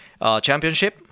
championship